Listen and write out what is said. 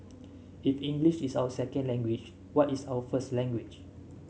if English is our second language what is our first language